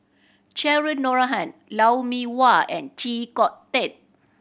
Cheryl Noronha Lou Mee Wah and Chee Kong Tet